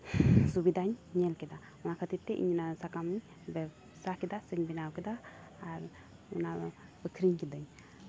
ᱥᱩᱵᱤᱫᱷᱟᱧ ᱧᱮᱞ ᱠᱮᱫᱟ ᱚᱱᱟ ᱠᱷᱟᱹᱛᱤᱨᱼᱛᱮ ᱤᱧ ᱚᱱᱟ ᱥᱟᱠᱟᱢ ᱵᱮᱵᱽᱥᱟ ᱠᱮᱫᱟ ᱥᱮᱧ ᱵᱮᱱᱟᱣ ᱠᱮᱫᱟ ᱟᱨ ᱚᱱᱟ ᱟᱹᱠᱷᱨᱤᱧ ᱠᱤᱫᱟᱹᱧ